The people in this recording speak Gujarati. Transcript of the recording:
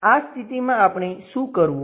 તે સ્થિતિમાં આપણે શું કરવું